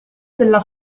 della